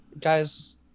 guys